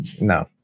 No